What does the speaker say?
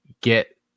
get